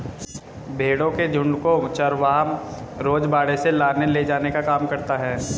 भेंड़ों के झुण्ड को चरवाहा रोज बाड़े से लाने ले जाने का काम करता है